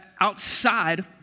outside